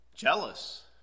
jealous